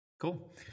Cool